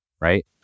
right